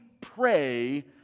pray